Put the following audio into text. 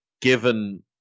given